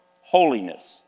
holiness